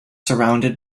surrounded